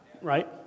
right